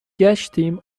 گشتیم